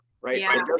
right